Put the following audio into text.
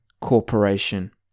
Corporation